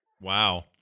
Wow